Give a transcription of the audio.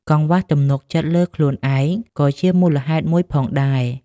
កង្វះទំនុកចិត្តលើខ្លួនឯងក៏ជាមូលហេតុមួយផងដែរ។